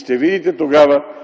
Ще видите тогава